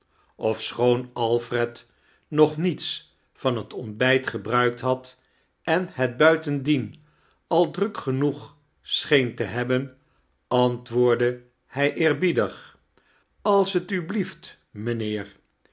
ofschoon alfred nog niets van het ontbijt gebruikt had en het buitendien al druk genoeg scheen te heibben antwoordde hij eerbiedig als t u blieft mijnheer